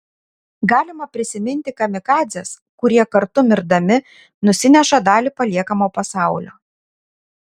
galima prisiminti kamikadzes kurie kartu mirdami nusineša dalį paliekamo pasaulio